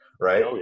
right